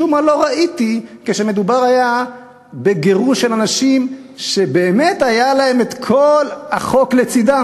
משום מה לא ראיתי כשמדובר היה בגירוש של אנשים שבאמת כל החוק היה לצדם,